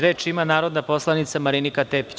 Reč ima narodna poslanica Marinika Tepić.